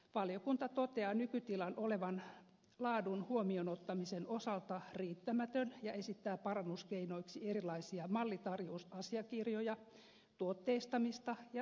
valiokunta toteaa nykytilan olevan laadun huomioon ottamisen osalta riittämätön ja esittää parannuskeinoiksi erilaisia mallitarjousasiakirjoja tuotteistamista ja yhteisiä standardeja